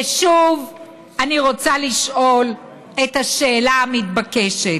ושוב אני רוצה לשאול את השאלה המתבקשת: